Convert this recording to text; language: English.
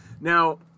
Now